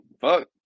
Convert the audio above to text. fuck